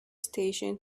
station